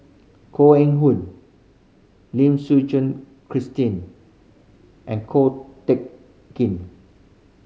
Koh Eng Hoon Lim Suchen Christine and Ko Teck Kin